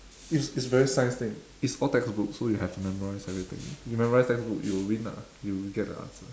it's it's very science thing it's all textbook so you have to memorise everything you memorise textbook you will win ah you will get the answer